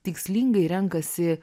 tikslingai renkasi